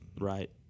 Right